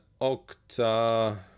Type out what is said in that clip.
octa